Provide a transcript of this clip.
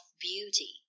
beauty